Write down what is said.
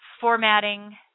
formatting